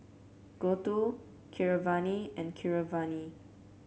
Gouthu Keeravani and Keeravani